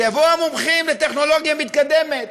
שיבואו המומחים לטכנולוגיה מתקדמת,